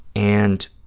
and